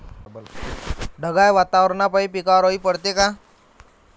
ढगाळ वातावरनापाई पिकावर अळी पडते का?